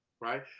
right